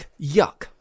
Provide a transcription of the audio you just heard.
Yuck